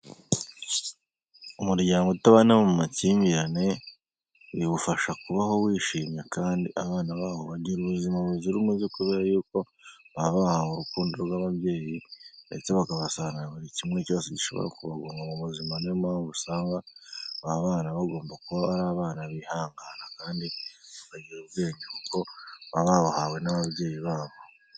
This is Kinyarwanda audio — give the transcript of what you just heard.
Umuryango utabana mu makimbirane biwufasha kubaho wishimye kandi abana bawo bagira ubuzima buzira umuze kubera y'uko baba barahawe urukundo rw'ababyeyi ndetse bakabasanga buri kimwe cyose gishobora kubabunga mu buzima niyo mpamvu usanga ba b bagomba kuba ari abana bihangana kandi bagira ubwenge kuko baba babuhawe n'ababyeyi babo.